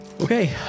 Okay